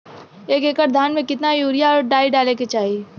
एक एकड़ धान में कितना यूरिया और डाई डाले के चाही?